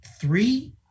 three